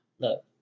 look